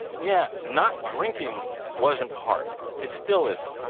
yeah. not drinking wasn't hard. it still isn't.